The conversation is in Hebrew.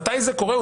מתי זה קורה,